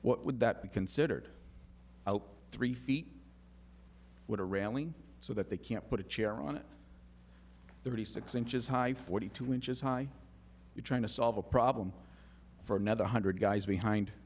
what would that be considered three feet would a railing so that they can't put a chair on it thirty six inches high forty two inches high you're trying to solve a problem for another